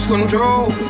control